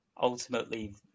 ultimately